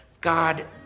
God